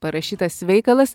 parašytas veikalas